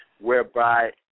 Whereby